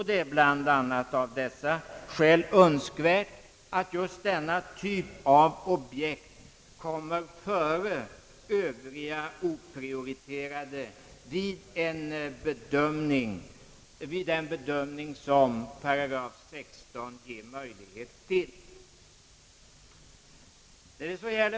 Det är bl.a. av dessa skäl önskvärt att denna typ av objekt kommer före övriga oprioriterade objekt vid den bedömning som 16 § ger möjlighet till.